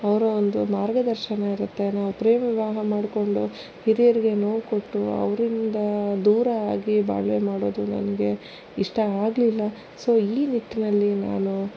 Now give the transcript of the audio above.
ಅವರ ಒಂದು ಮಾರ್ಗದರ್ಶನ ಇರುತ್ತೆ ನಾವು ಪ್ರೇಮ ವಿವಾಹ ಮಾಡಿಕೊಂಡು ಹಿರಿಯರಿಗೆ ನೋವು ಕೊಟ್ಟು ಅವರಿಂದ ದೂರಾಗಿ ಬಾಳುವೆ ಮಾಡುವುದು ನನಗೆ ಇಷ್ಟ ಆಗಲಿಲ್ಲ ಸೊ ಈ ನಿಟ್ಟಿನಲ್ಲಿ ನಾನು